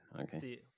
Okay